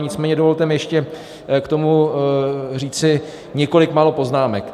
Nicméně dovolte mi ještě k tomu říci několik málo poznámek.